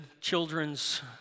children's